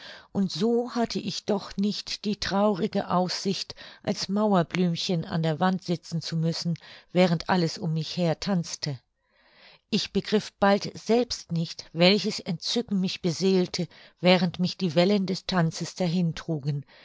und so hatte ich doch nicht die traurige aussicht als mauerblümchen an der wand sitzen zu müssen während alles um mich her tanzte ich begriff bald selbst nicht welches entzücken mich beseelte während mich die wellen des tanzes dahin trugen